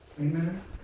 Amen